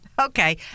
Okay